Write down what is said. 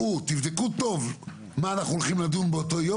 תבדקו טוב מה אנחנו הולכים לדון באותו יום